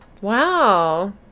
wow